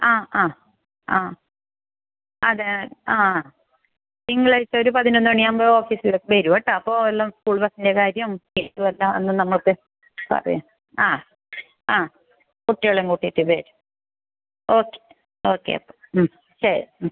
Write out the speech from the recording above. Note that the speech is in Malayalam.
ആ ആ ആ അതെ തിങ്കളാഴ്ച്ച ഒരു പതിനൊന്ന് മണിയാകുമ്പോൾ ഓഫീസിൽ വരൂ കേട്ടോ അപ്പോൾ എല്ലാം സ്കൂൾ ബസ്സിൻ്റെ കാര്യവും ഫീസും എല്ലാം അന്ന് നമ്മൾക്ക് പറയാം ആ ആ കുട്ടികളേയും കൂട്ടിയിട്ട് വരൂ ഓക്കെ ഓക്കെ അപ്പം ഉം ശരി ഉം